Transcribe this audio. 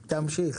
תמשיך.